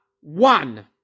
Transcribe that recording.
one